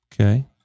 Okay